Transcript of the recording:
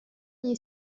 gli